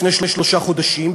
לפני שלושה חודשים,